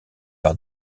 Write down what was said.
par